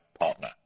partner